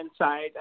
inside